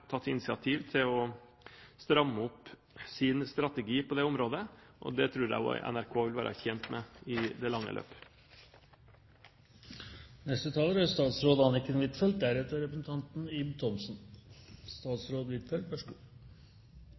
tatt initiativ til å stramme opp sin strategi på dette området, og det tror jeg også NRK vil være tjent med i det lange løp. Det var klokt av presidenten å gi ordet til Håbrekke før han ga ordet til meg. Håbrekke kunne for så